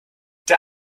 der